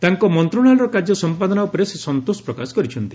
ତାଙ୍କ ମନ୍ତ୍ରଶାଳୟର କାର୍ଯ୍ୟ ସମ୍ପାଦନା ଉପରେ ସେ ସନ୍ତୋଷ ପ୍ରକାଶ କରିଛନ୍ତି